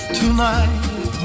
tonight